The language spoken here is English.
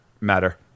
matter